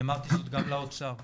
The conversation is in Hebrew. ואמרתי זאת גם לאוצר,